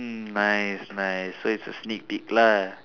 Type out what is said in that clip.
mm nice nice so it's a sneak peak lah